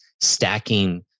stacking